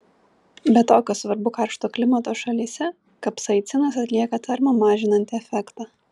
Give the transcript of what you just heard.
be to kas svarbu karšto klimato šalyse kapsaicinas atlieka termo mažinantį efektą